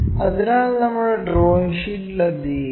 അതിനാൽ നമ്മുടെ ഡ്രോയിംഗ് ഷീറ്റിൽ അത് ചെയ്യാം